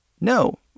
No